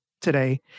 today